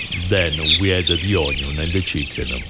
then we add the the ah onion and the chicken.